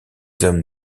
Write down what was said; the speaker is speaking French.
hommes